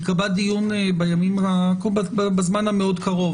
ייקבע דיון בזמן המאוד קרוב.